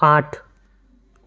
આઠ